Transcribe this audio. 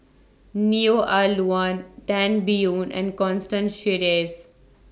Neo Ah Luan Tan Biyun and Constance Sheares